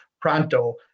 pronto